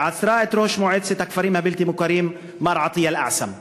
ועצרה את ראש מועצת הכפרים הבלתי-מוכרים מר עטייה אלאעסם.